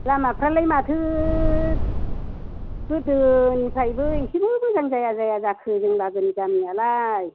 लामाफ्रालाय माथो गोदोनिफ्रायबो एसेबो मोजां जाया जाया जाखो जों लागोनि गामियालाय